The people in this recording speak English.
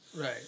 Right